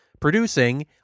producing